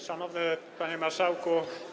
Szanowny Panie Marszałku!